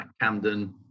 Camden